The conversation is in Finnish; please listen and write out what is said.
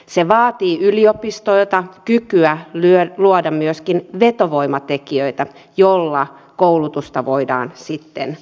se vaatii yliopistoilta kykyä luoda myöskin vetovoimatekijöitä joilla koulutusta voidaan sitten lähteä myymään